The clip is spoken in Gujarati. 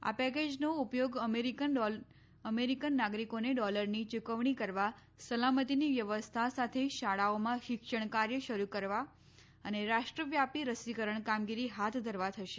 આ પેકેજનો ઉપયોગ અમેરિકન નાગરિકોને ડોલરની યૂકવણી કરવા સલામતીની વ્યવસ્થા સાથે શાળાઓમાં શિક્ષણ કાર્ય શરૂ કરવા અને રાષ્ટ્રવ્યાપી રસીકરણ કામગીરી હાથ ધરવા થશે